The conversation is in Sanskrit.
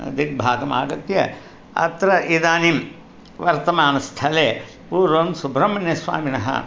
दिग्भागमागत्य अत्र इदानीं वर्तमानस्थले पूर्वं सुब्रह्मण्यस्वामिनः